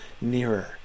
nearer